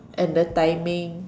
and the timing